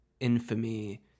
infamy